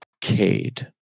Cade